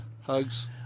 hugs